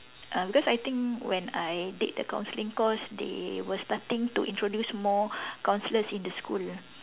uh because I think when I did the counselling course they were starting to introduce more counsellors in the school